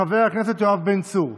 חבר הכנסת יואב בן צור,